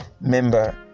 member